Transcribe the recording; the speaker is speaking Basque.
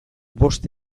bost